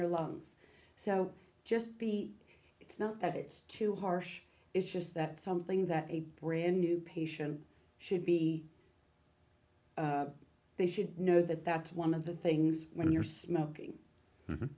your lungs so just be it's not that it's too harsh it's just that something that a brand new patient should be they should know that that's one of the things when you're smoking